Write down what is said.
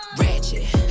ratchet